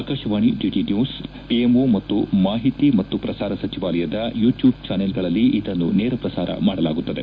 Akashvani DD news PMO ಮತ್ತು ಮಾಹಿತಿ ಮತ್ತು ಪ್ರಸಾರ ಸಚಿವಾಲಯದ ಯೂಟ್ಲೂಬ್ ಚಾನೆಲ್ಗಳಲ್ಲಿ ಇದನ್ನು ನೇರ ಪ್ರಸಾರ ಮಾಡಲಾಗುತ್ತದೆ